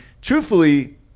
Truthfully